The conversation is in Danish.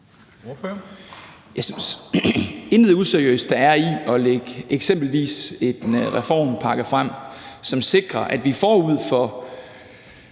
Jeg synes ikke, der er noget useriøst i at lægge eksempelvis en reformpakke frem, som sikrer, at vi forud for